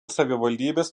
savivaldybės